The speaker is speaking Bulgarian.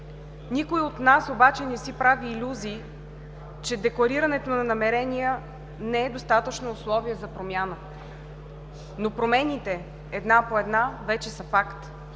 Никой от нас обаче не си прави илюзии, че декларирането на намерения не е достатъчно условие за промяна, но промените една по една вече са факт.